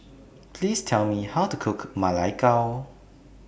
Please Tell Me How to Cook Ma Lai Gao